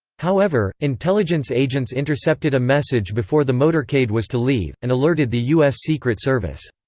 however, intelligence agents intercepted a message before the motorcade was to leave, and alerted the us secret service.